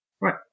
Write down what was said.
Right